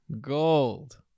Gold